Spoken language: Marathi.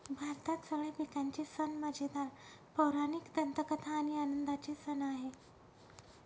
भारतात सगळे पिकांचे सण मजेदार, पौराणिक दंतकथा आणि आनंदाचे सण आहे